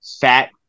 Fat